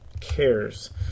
cares